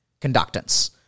conductance